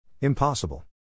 Impossible